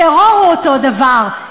טרור הוא אותו דבר.